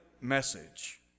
message